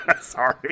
Sorry